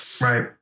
Right